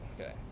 Okay